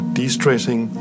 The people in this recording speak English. de-stressing